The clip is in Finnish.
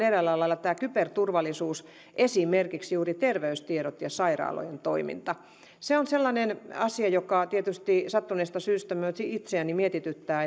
eräällä lailla tälle kyberturvallisuudelle juuri terveystiedot ja sairaalojen toiminta se on sellainen asia joka tietysti sattuneesta syystä myös itseäni mietityttää